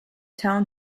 town